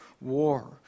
war